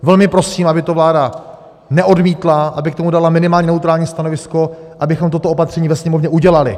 Velmi prosím, aby to vláda neodmítla, aby k tomu dala minimálně neutrální stanovisko, abychom toto opatření ve Sněmovně udělali.